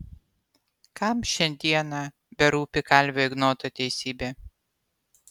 kam šiandieną berūpi kalvio ignoto teisybė